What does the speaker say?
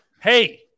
hey